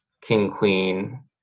king-queen